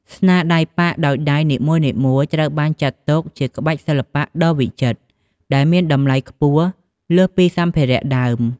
ស្នាដៃប៉ាក់ដោយដៃនីមួយៗត្រូវបានចាត់ទុកជាក្បាច់សិល្បៈដ៏វិចិត្រ ដែលមានតម្លៃខ្ពស់លើសពីសម្ភារៈដើម។